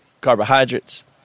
carbohydrates